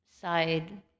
side